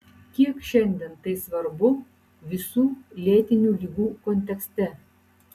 kiek šiandien tai svarbu visų lėtinių ligų kontekste